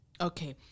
okay